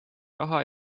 raha